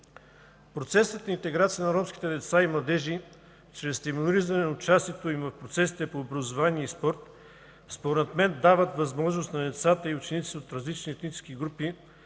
Процесът на интеграция на ромските деца и младежи, чрез стимулиране на участието им в процесите по образование и спорт, според мен, дава възможност на децата и учениците от различни етнически групи